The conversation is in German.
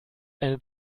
eine